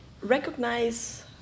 recognize